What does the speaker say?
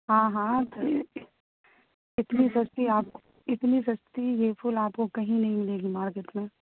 ہاں ہاں تو اتنی سستی آپ کو اتنی سستی یہ پھول آپ کو کہیں نہیں ملے گی مارکیٹ میں